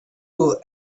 will